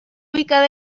ubicada